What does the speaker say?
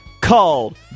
called